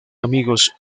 amigos